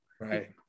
Right